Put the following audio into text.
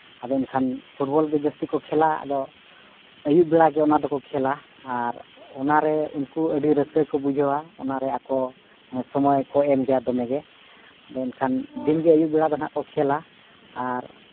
ᱟᱫᱚ ᱮᱱᱠᱷᱟᱱ ᱯᱷᱩᱴᱵᱚᱞ ᱜᱮ ᱡᱟᱹᱥᱛᱤ ᱠᱚ ᱠᱷᱮᱞᱟ ᱟᱫᱚ ᱟᱹᱭᱩᱵ ᱵᱮᱲᱟ ᱜᱮ ᱚᱱᱟ ᱫᱚᱠᱚ ᱠᱷᱮᱞᱟ ᱟᱨ ᱚᱱᱟᱨᱮ ᱩᱱᱠᱩ ᱟᱹᱰᱤ ᱨᱟᱹᱥᱠᱟᱹ ᱜᱮᱠᱚ ᱵᱩᱡᱷᱟᱹᱣᱟ ᱚᱱᱟᱨᱮ ᱟᱠᱚ ᱥᱚᱢᱚᱭ ᱠᱚ ᱮᱢᱜᱮᱭᱟ ᱫᱚᱢᱮᱜᱮ ᱟᱫᱚ ᱮᱱᱠᱷᱟᱱ ᱫᱤᱱᱜᱮ ᱟᱹᱭᱩᱵ ᱵᱮᱲᱟ ᱫᱚ ᱱᱟᱦᱟᱜ ᱠᱚ ᱠᱷᱮᱞᱟ ᱟᱨ